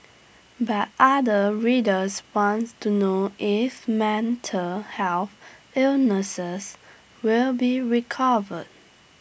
but other readers want to know if mental health illnesses will be recovered